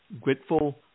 Grateful